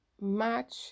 match